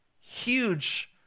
huge